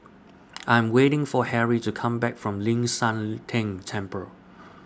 I Am waiting For Harry to Come Back from Ling San Teng Temple